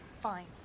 Fine